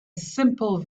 simple